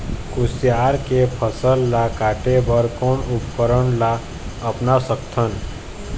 कुसियार के फसल ला काटे बर कोन उपकरण ला अपना सकथन?